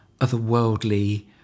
otherworldly